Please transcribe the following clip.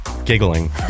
giggling